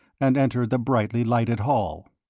and entered the brightly lighted hall.